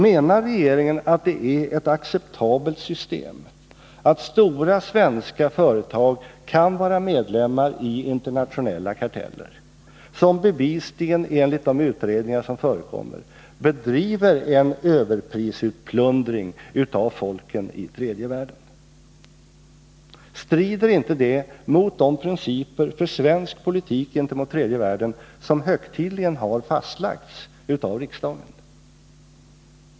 Menar regeringen att det är ett acceptabelt system att stora svenska företag kan vara medlemmar i internationella karteller som bevisligen, enligt de utredningar som förekommer, bedriver en överprisutplundring av folken i tredje världen? Strider inte det mot de principer för svensk politik gentemot tredje världen som högtidligen har fastlagts av riksdagen?